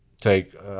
take